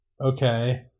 okay